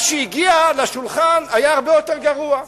מה שהגיע לשולחן היה הרבה יותר גרוע.